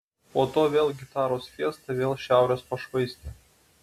po to vėl gitaros fiesta vėl šiaurės pašvaistė